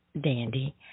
dandy